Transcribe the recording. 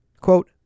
Quote